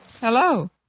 hello